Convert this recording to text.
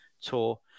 Tour